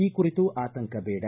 ಈ ಕುರಿತು ಆತಂಕ ಬೇಡ